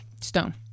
stone